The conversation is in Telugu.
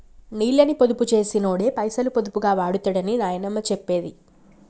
నీళ్ళని పొదుపు చేసినోడే పైసలు పొదుపుగా వాడుతడని నాయనమ్మ చెప్పేది